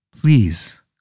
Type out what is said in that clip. Please